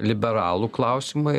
liberalų klausimai